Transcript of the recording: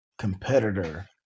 competitor